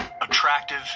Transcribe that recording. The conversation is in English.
attractive